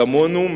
כמונו,